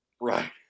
Right